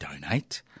Donate